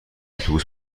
اتوبوس